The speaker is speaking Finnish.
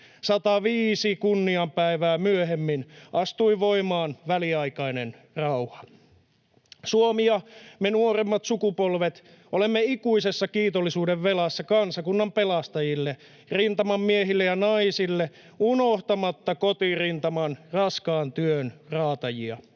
105 kunnian päivää myöhemmin astui voimaan väliaikainen rauha. Suomi ja me nuoremmat sukupolvet olemme ikuisessa kiitollisuudenvelassa kansakunnan pelastajille, rintaman miehille ja naisille, unohtamatta kotirintaman raskaan työn raatajia.